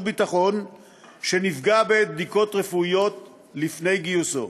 ביטחון שנפגע בעת בדיקות רפואיות לפני גיוסו.